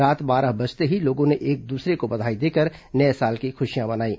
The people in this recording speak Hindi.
रात बारह बजते ही लोगों ने एक दूसरों को बधाई देकर नये साल की खुशियां मनाईं